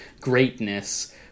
greatness